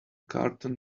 curtain